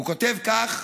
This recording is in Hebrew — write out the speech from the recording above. הוא כותב כך,